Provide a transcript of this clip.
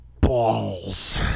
Balls